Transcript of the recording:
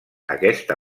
aquesta